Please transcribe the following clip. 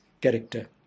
character